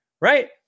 right